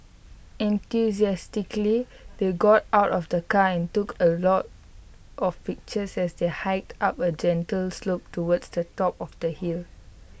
enthusiastically they got out of the car and took A lot of pictures as they hiked up A gentle slope towards the top of the hill